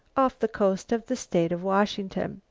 off the coast of the state of washington.